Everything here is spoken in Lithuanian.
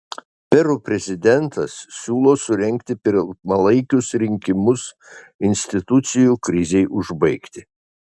peru prezidentas siūlo surengti pirmalaikius rinkimus institucijų krizei užbaigti